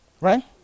Right